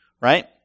Right